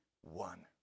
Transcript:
one